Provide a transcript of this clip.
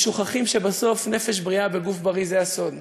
ושוכחים שבסוף נפש בריאה בגוף בריא זה הסוד.